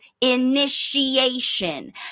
initiation